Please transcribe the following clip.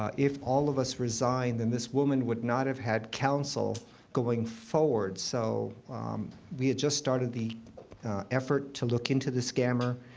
um if all of us resigned, then this woman would not have had counsel going forward. so we had just started the effort to look into the scammer.